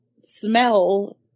smell